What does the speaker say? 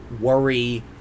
worry